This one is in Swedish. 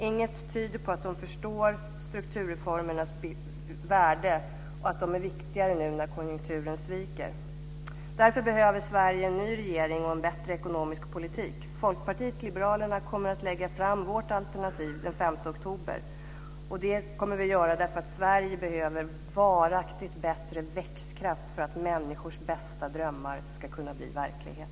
Inget tyder på att de förstår strukturreformernas värde och att de är viktigare nu när konjunkturen sviker. Därför behöver Sverige en ny regering och en bättre ekonomisk politik. Folkpartiet liberalerna kommer att lägga fram sitt alternativ den 5 oktober. Det kommer vi att göra därför att Sverige behöver varaktigt bättre växtkraft för att människors högsta drömmar ska kunna bli verklighet.